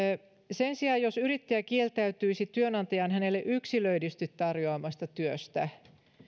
sen sijaan jos yrittäjä kieltäytyisi työnantajan hänelle yksilöidysti tarjoamasta työstä